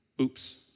oops